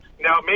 now